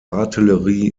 artillerie